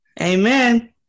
Amen